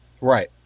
Right